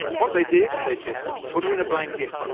what they did, they just put her in a blanket,